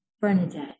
Bernadette